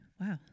Wow